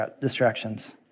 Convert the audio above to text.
distractions